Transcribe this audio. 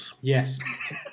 Yes